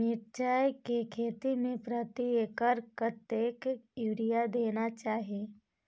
मिर्चाय के खेती में प्रति एकर कतेक यूरिया देना चाही?